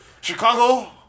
Chicago